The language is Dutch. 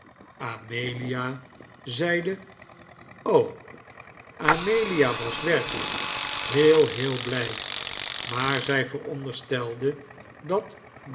amelia zeide amelia was werkelijk heel heel blij maar zij veronderstelde dat